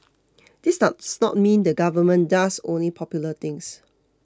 this does not mean the government does only popular things